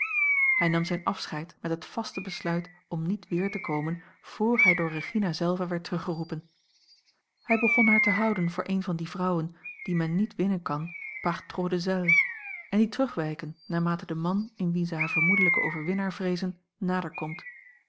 hij nam zijn afscheid met het vaste besluit om niet weer te komen vr hij door regina zelve werd teruggeroepen hij begon haar te houden voor eene van die vrouwen die men niet winnen kan par trop de zèle en die terugwijken naarmate de man in wien zij haar vermoedelijken overwinnaar vreezen nader komt